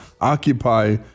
occupy